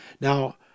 Now